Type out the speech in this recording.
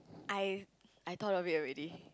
I I thought of it already